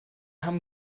haben